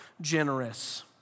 generous